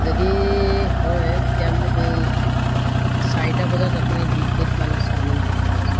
যদি হয় তেতিয়া মোক এই চাৰিটা বজাত আপুনি দুই প্লেটমান চাওমিন দি পঠাবচোন